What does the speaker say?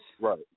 Right